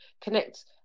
connect